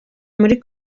muri